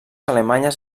alemanyes